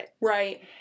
Right